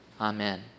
Amen